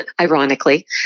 ironically